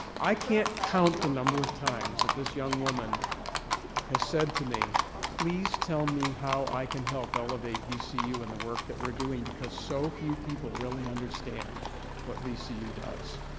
i can't count the number of times that this young woman has said to me please tell me how i can help elevate vcu and the work that we're doing because so few people really understand what vcu does.